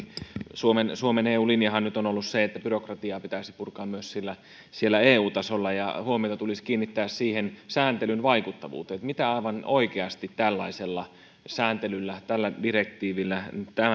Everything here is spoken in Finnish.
niin suomen eu linjahan nyt on ollut se että byrokratiaa pitäisi purkaa myös siellä eu tasolla ja huomiota tulisi kiinnittää siihen sääntelyn vaikuttavuuteen mitä aivan oikeasti tällaisella sääntelyllä tällä direktiivillä